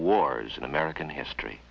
wars in american history